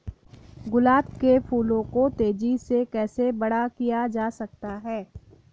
गुलाब के फूलों को तेजी से कैसे बड़ा किया जा सकता है?